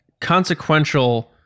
consequential